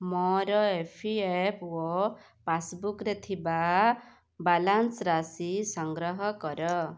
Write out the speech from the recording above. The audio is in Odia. ମୋର ଇ ପି ଏଫ୍ ଓ ପାସ୍ବୁକ୍ରେ ଥିବା ବାଲାନ୍ସ୍ ରାଶି ସଂଗ୍ରହ କର